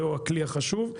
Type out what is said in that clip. זהו הכלי החשוב.